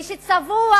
מי שצבוע